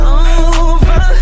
over